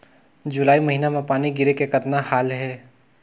जुलाई महीना म पानी गिरे के कतना हाल हे?